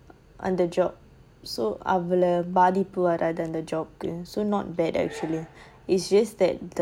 other job so அவள:avala job is not bad actually but the